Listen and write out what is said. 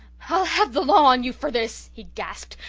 i'll have the law on you for this, he gasped.